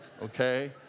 Okay